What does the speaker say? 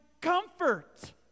comfort